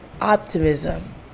optimism